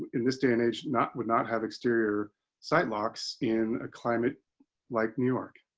in this day and age, not would not have exterior site locks in a climate like new york